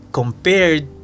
compared